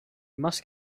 must